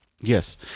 Yes